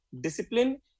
discipline